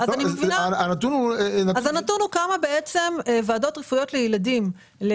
הנתון הוא כמה ועדות רפואיות לילדים עשינו